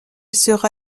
sera